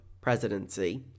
presidency